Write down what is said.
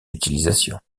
utilisations